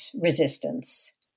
resistance